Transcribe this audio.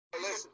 Listen